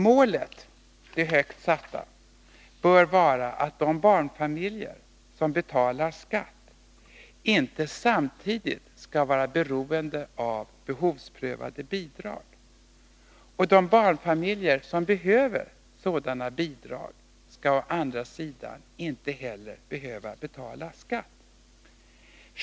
Målet — det högst satta — bör vara att de barnfamiljer som betalar skatt inte samtidigt skall vara beroende av behovsprövade bidrag. De barnfamiljer som behöver sådana bidrag skall å andra sidan inte heller behöva betala skatt.